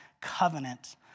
covenant